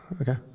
Okay